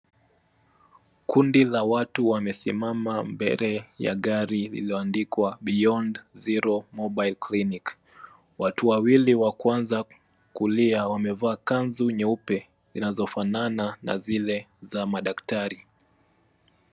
Kundi la watu wamesimama mbele ya gari lililoandika Beyond Zero Mobile Clinic . Watu wawili wa kwanza kulia wamevaa kanzu nyeupe zinazofanana na zile za madaktari.